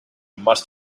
must